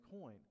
coin